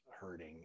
hurting